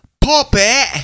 puppet